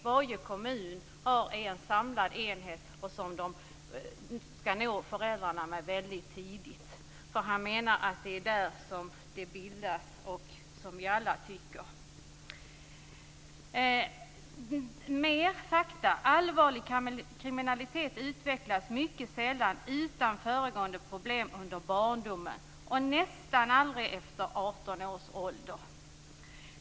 Varje kommun är en samlad enhet och kan nå föräldrarna tidigt. Mer faktum: Allvarlig kriminalitet utvecklas mycket sällan utan föregående problem under barndomen och nästan aldrig efter 18 års ålder.